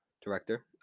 director